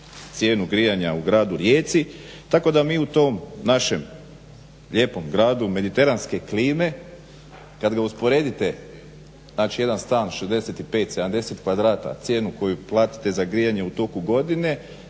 cijenu grijanja u gradu Rijeci tako da mi u tom našem lijepom gradu mediteranske klime, kada usporedite jedan stan 65, 70 kvadrata cijenu koju platite za grijanje u toku godine